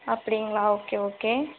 அப்படிங்ளா okay okay